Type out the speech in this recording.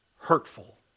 hurtful